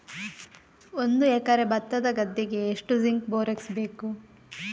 ಒಂದು ಎಕರೆ ಭತ್ತದ ಗದ್ದೆಗೆ ಎಷ್ಟು ಜಿಂಕ್ ಬೋರೆಕ್ಸ್ ಬೇಕು?